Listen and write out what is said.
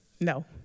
No